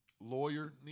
lawyer